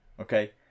Okay